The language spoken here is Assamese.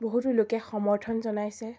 বহুতো লোকে সমৰ্থন জনাইছে